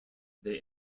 they